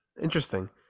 Interesting